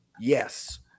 Yes